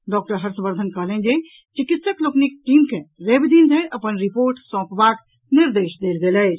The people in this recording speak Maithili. डॉक्टर हर्षवर्धन कहलनि जे चिकित्सक लोकनिक टीम के रवि दिन धरि अपन रिपोर्ट सौंपबाक निर्देश देल गेल अछि